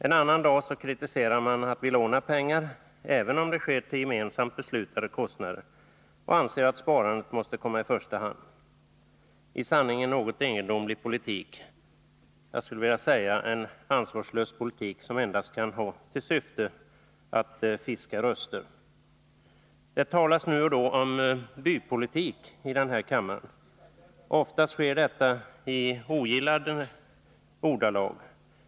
En annan dag kritiserar man att vi lånar pengar — även om det sker till gemensamt beslutade kostnader — och anser att sparandet måste komma i första hand. Det är en i sanning något egendomlig politik — en ansvarslös politik, som endast kan ha till syfte att fiska röster. Det talas nu och då om bypolitik i den här kammaren. Oftast sker det i ogillande ordalag.